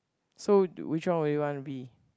so which one will you wanna be